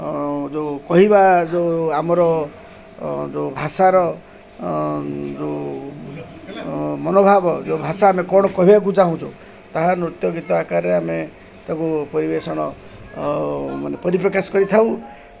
ଯୋଉ କହିବା ଯୋଉ ଆମର ଯୋଉ ଭାଷାର ଯୋଉ ମନୋଭାବ ଯୋଉ ଭାଷା ଆମେ କ'ଣ କହିବାକୁ ଚାହୁଁଛୁ ତାହା ନୃତ୍ୟ ଗୀତ ଆକାରରେ ଆମେ ତାକୁ ପରିବେଷଣ ମାନେ ପରିପ୍ରକାଶ କରିଥାଉ